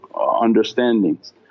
understandings